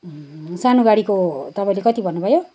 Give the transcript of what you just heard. सानो गाडीको तपाईँले कति भन्नुभयो